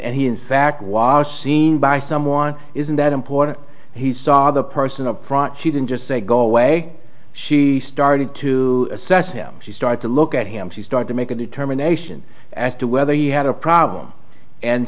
and he in fact was seen by someone isn't that important he saw the person up front she didn't just say go away she started to assess him she started to look at him she started to make a determination as to whether he had a problem and